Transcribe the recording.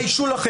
תתביישו לכם.